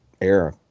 era